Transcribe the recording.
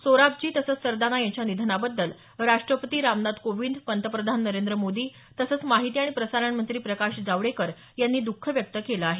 सोराबजी तसंच सरदाना यांच्या निधनाबद्दल राष्ट्रपती रामनाथ कोविंद पंतप्रधान नरेंद्र मोदी तसंच माहिती आणि प्रसारण मंत्री प्रकाश जावडेकर यांनी दख व्यक्त केलं आहे